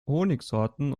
honigsorten